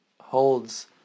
holds